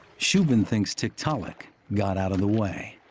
shubin thinks tiktaalik got out of the way.